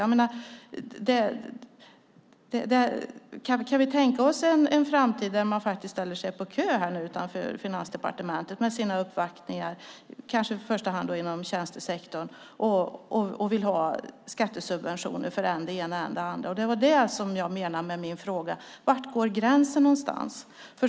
Kan vi tänka oss en framtid där man ställer sig på kö utanför Finansdepartementet med sina uppvaktningar, kanske i första hand från tjänstesektorn, och vill ha skattesubventioner för än det ena, än det andra? Det var det här jag menade med min fråga om var gränsen går.